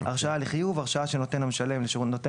"הרשאה לחיוב הרשאה שנותן המשלם לנותן